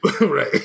Right